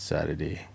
Saturday